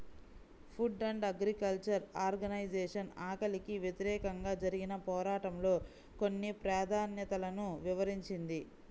food and agriculture organization ఆకలికి వ్యతిరేకంగా జరిగిన పోరాటంలో కొన్ని ప్రాధాన్యతలను వివరించింది